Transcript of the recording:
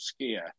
skier